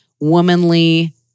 womanly